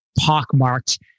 pockmarked